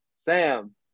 Sam